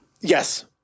Yes